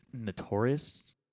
notorious